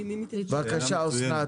בבקשה, אסנת.